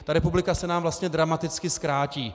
Ta republika se nám vlastně dramaticky zkrátí.